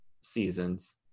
seasons